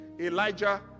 Elijah